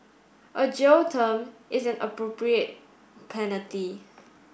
a jail term is an appropriate penalty